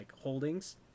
holdings